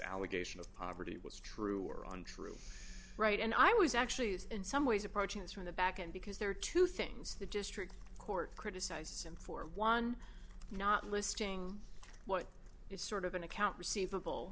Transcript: allegation of poverty was true or untrue right and i was actually in some ways approaching this from the back end because there are two things the district court criticized him for one not listing what is sort of an account receivable